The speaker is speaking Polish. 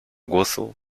głosu